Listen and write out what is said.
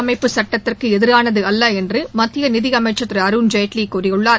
அமைப்புச் சட்டத்திற்கு எதிரானது அல்ல என்று மத்திய நிதி அமைச்சர் திரு அருண்ஜேட்லி கூறியுள்ளார்